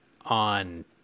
on